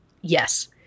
Yes